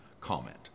comment